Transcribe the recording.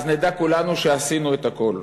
אז נדע כולנו שעשינו את הכול.